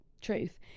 truth